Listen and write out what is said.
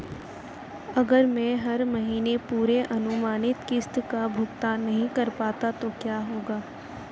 अगर मैं हर महीने पूरी अनुमानित किश्त का भुगतान नहीं कर पाता तो क्या होगा?